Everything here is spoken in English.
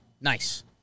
Nice